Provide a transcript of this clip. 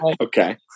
Okay